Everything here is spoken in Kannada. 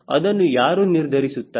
ಅದನ್ನು ಯಾರು ನಿರ್ಧರಿಸುತ್ತಾರೆ